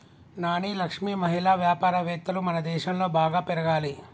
నాని లక్ష్మి మహిళా వ్యాపారవేత్తలు మనదేశంలో బాగా పెరగాలి